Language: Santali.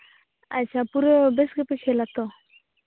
ᱟᱪᱪᱷᱟ ᱯᱩᱨᱟᱹ ᱵᱮᱥ ᱜᱮᱯᱮ ᱠᱷᱮᱞᱟ ᱛᱚ